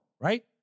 right